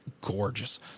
gorgeous